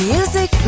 Music